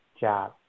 job